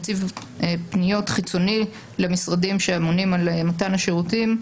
נציב פניות חיצוני למשרדים שאמונים על מתן השירותים.